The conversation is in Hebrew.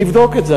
נבדוק את זה,